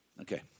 Okay